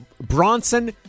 Bronson